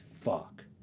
fuck